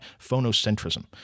phonocentrism